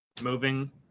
moving